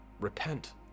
repent